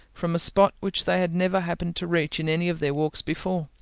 from a spot which they had never happened to reach in any of their walks before.